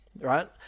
right